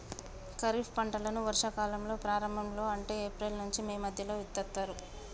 ఖరీఫ్ పంటలను వర్షా కాలం ప్రారంభం లో అంటే ఏప్రిల్ నుంచి మే మధ్యలో విత్తుతరు